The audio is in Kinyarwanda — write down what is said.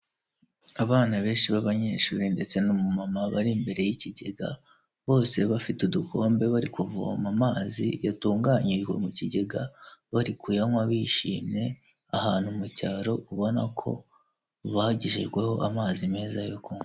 Abana benshi b'abanyeshuri ndetse na mama bari imbere y'ikigega, bose bafite udukombe bari kuvoma amazi yatunganyijwe mu kigega, bari kuyanywa bishimye ahantu mu cyaro ubona ko bagejejweho amazi meza yuru kunywa.